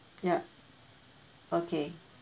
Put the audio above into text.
ya okay